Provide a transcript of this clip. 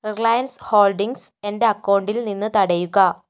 Reliance holdings എൻ്റെ അക്കൗണ്ടിൽ നിന്ന് തടയുക